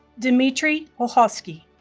dmitry olkhovskiy